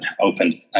open